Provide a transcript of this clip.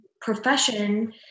profession